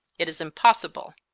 it is impossible.